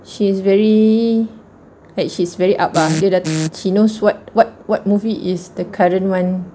she's very like she's very up uh she knows what what what movie is the current one